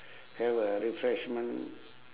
have a refreshment